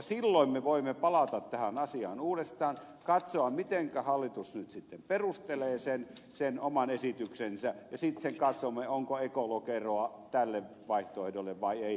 silloin voimme palata tähän asiaan uudestaan katsoa mitenkä hallitus nyt sitten perustelee sen oman esityksensä ja sitten katsomme onko ekolokeroa tälle vaihtoehdolle vai ei